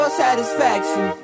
satisfaction